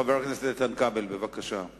חבר הכנסת איתן כבל, בבקשה.